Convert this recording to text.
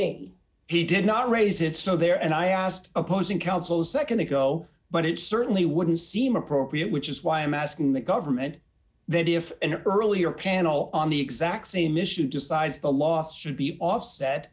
it he did not raise it so there and i asked opposing counsel a nd ago but it certainly wouldn't seem appropriate which is why i'm asking the government that if an earlier panel on the exact same issue decides the lost should be offset